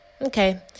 Okay